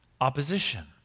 opposition